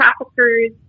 traffickers